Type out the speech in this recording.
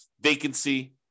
vacancy